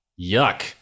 Yuck